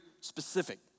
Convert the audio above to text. specific